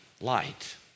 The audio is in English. light